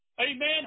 Amen